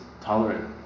tolerant